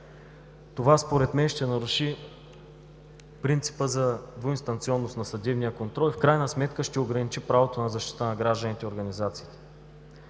Това според мен ще наруши принципа за двуинстанционност на съдебния контрол и в крайна сметка ще ограничи правото на защита на гражданите и организациите.